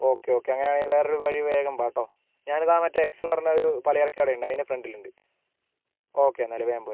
okay okay അങ്ങനെയാണെങ്കിൽ വേറൊരു വഴി വേഗം വാ കേട്ടോ ഞാനിതാ മറ്റേ എക്സ് പറഞ്ഞൊരു പലചരക്ക് കടയുണ്ട് അതിൻ്റെ ഫ്രണ്ടിലുണ്ട് ഓക്കെ എന്നാൽ വേഗം പോരെ